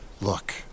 Look